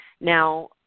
Now